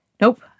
Nope